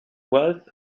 wealth